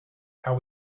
how